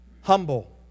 humble